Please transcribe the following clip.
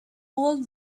all